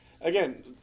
Again